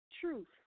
truth